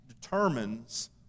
determines